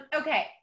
okay